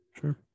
sure